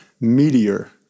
Meteor